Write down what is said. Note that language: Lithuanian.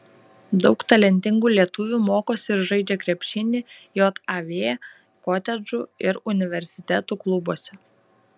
daug talentingų lietuvių mokosi ir žaidžia krepšinį jav kotedžų ir universitetų klubuose